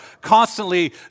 constantly